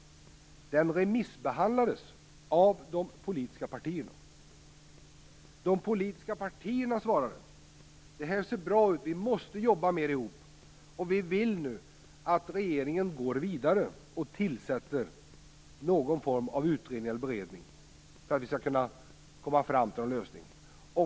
Den remissbehandlades av de politiska partierna. De politiska partierna svarade: Det ser bra ut. Vi måste jobba mer ihop. Vi vill nu att regeringen går vidare och tillsätter någon form av utredning eller beredning för att vi skall kunna komma fram till en lösning.